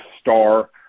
star